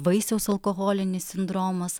vaisiaus alkoholinis sindromas